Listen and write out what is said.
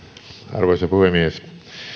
arvoisa puhemies